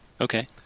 Okay